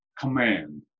Command